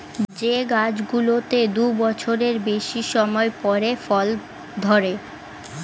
যে গাছগুলোতে দু বছরের বেশি সময় পরে ফল ধরে